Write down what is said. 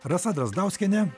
rasa drazdauskienė